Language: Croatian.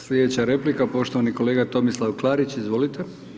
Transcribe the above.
Sljedeća replika poštovani kolega Tomislav Klarić, izvolite.